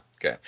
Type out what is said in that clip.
Okay